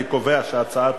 אני קובע שהצעת